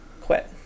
quit